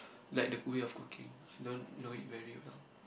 like the way of cooking I don't know it very well